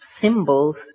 symbols